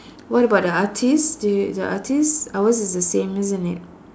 what about the artist they the artist ours is the same isn't it